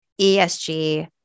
ESG